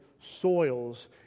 soils